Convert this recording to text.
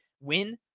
win